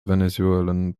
venezuelan